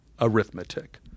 arithmetic